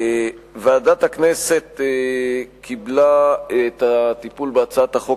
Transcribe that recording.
ועדת הכנסת קיבלה את הטיפול בהצעת החוק